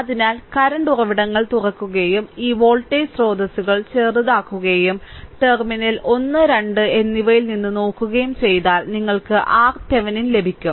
അതിനാൽ കറന്റ് ഉറവിടങ്ങൾ തുറക്കുകയും ഈ വോൾട്ടേജ് സ്രോതസ്സുകൾ ചെറുതാക്കുകയും ടെർമിനൽ 1 2 എന്നിവയിൽ നിന്ന് നോക്കുകയും ചെയ്താൽ നിങ്ങൾക്ക് RThevenin ലഭിക്കും